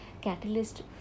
catalyst